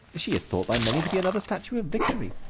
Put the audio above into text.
she is thought by many to be another statue of victory.